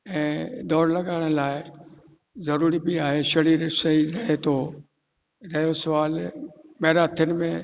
ऐं दौड़ लॻाइण लाइ ज़रूरी बि आहे शरीर सही रहे थो रहियो सुवाल मैराथन में